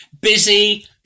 Busy